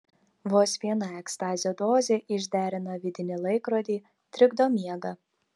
vos viena ekstazio dozė išderina vidinį laikrodį trikdo miegą